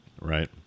right